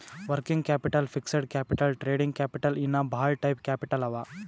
working capital, fixed capital, trading capital ಇನ್ನಾ ಭಾಳ type capital ಅವಾ